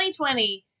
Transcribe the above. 2020